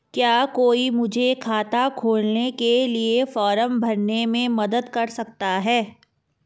क्या कोई मुझे खाता खोलने के लिए फॉर्म भरने में मदद कर सकता है?